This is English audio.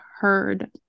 heard